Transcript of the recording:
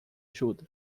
ajuda